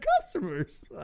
customers